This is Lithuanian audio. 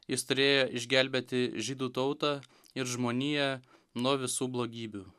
jis turėjo išgelbėti žydų tautą ir žmoniją nuo visų blogybių